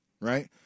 right